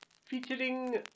featuring